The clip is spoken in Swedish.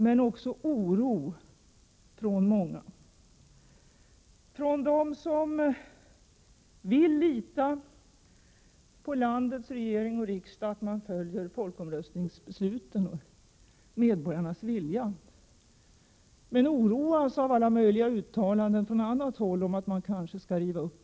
Men jag har också mötts av oro från många håll, från dem som vill lita på att landets regering och riksdag följer folkomröstningsbesluten och medborgarnas vilja. Man oroas av alla möjliga uttalanden från annat håll och fruktar att besluten skall rivas upp.